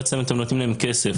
בעצם אתם נותנים להם כסף,